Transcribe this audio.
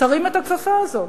תרים את הכפפה הזאת.